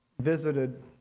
visited